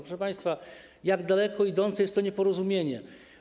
Proszę państwa, jak daleko idące jest to nieporozumienie?